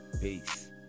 Peace